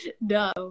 no